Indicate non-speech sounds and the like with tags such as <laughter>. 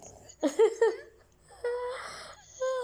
<laughs>